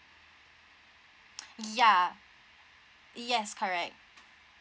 ya yes correct